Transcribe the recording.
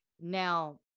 Now